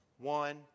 One